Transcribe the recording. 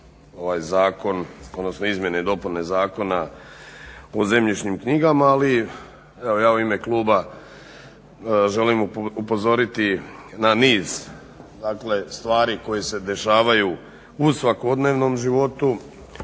ovaj zakon, odnosno izmjene i dopune Zakona o zemljišnim knjigama ali evo ja u ime kluba želim upozoriti na niz dakle stvari koje se dešavaju u svakodnevnom životu,